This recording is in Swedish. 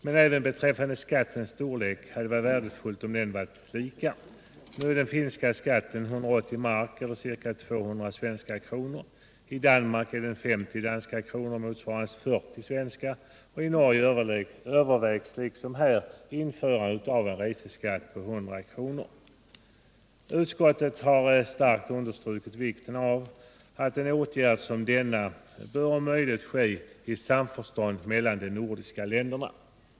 Men det hade som sagt varit värdefullt om även skattens storlek hade varit i stort sett densamma i de olika länderna. Nu är den finska skatten 180 mark eller ca 200 svenska kronor. I Danmark är skatten 50 danska kronor, motsvarande 40 svenska. I Norge övervägs liksom här införandet av en reseskatt på 100 kr. Skatteutskottet har starkt understrukit vikten av att en åtgärd som denna om möjligt bör vidtas i samförstånd mellan de nordiska länderna.